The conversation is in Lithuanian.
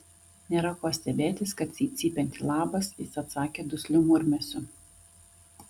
nėra ko stebėtis kad į cypiantį labas jis atsakė dusliu murmesiu